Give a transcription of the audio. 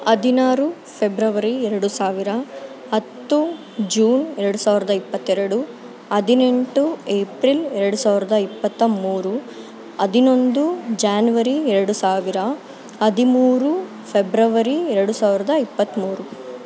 ಹದಿನಾರು ಫೆಬ್ರವರಿ ಎರಡು ಸಾವಿರ ಹತ್ತು ಜೂನ್ ಎರಡು ಸಾವಿರದ ಇಪ್ಪತ್ತೆರಡು ಹದಿನೆಂಟು ಏಪ್ರಿಲ್ ಎರಡು ಸಾವಿರದ ಇಪ್ಪತ್ತ ಮೂರು ಹನ್ನೊಂದು ಜ್ಯಾನ್ವರಿ ಎರಡು ಸಾವಿರ ಹದಿಮೂರು ಫೆಬ್ರವರಿ ಎರಡು ಸಾವಿರದ ಇಪ್ಪತ್ಮೂರು